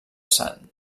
sant